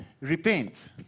repent